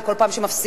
וכל פעם שמפסיקים,